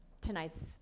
tonight's